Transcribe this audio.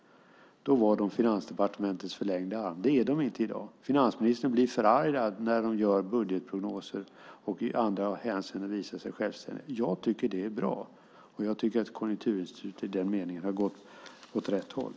Då var man Finansdepartementets förlängda arm. Det är man inte i dag. Finansministern blir förargad när man gör budgetprognoser och i andra avseenden visar sig självständig. Jag tycker att det är bra. Konjunkturinstitutet har i den meningen gått åt rätt håll.